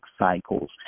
cycles